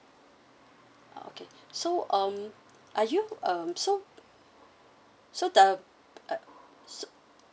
okay so um are you um so so the uh